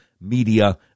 media